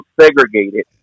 segregated